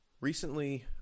Recently